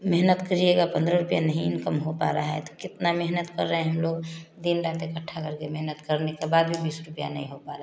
मेहनत करिएगा पंद्रह रुपया नहीं इनकम हो पा रहा है तो कितना मेहनत कर रहे हैं हम लोग दिन रात इकठ्ठा करके मेहनत करने के बाद भी बीस रुपया नहीं हो पा रहा है